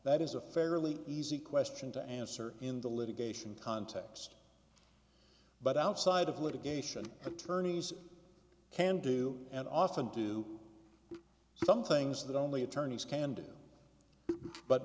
that is a fairly easy question to answer in the litigation context but outside of litigation attorneys can do and often do some things that only attorneys can do but